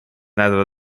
nadat